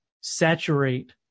saturate